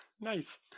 nice